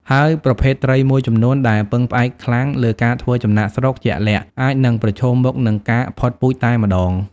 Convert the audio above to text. ហើយប្រភេទត្រីមួយចំនួនដែលពឹងផ្អែកខ្លាំងលើការធ្វើចំណាកស្រុកជាក់លាក់ អាចនឹងប្រឈមមុខនឹងការផុតពូជតែម្ដង។